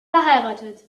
verheiratet